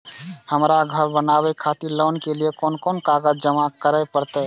हमरा घर बनावे खातिर लोन के लिए कोन कौन कागज जमा करे परते?